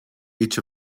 each